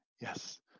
yes